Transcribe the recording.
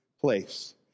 place